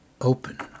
open